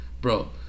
Bro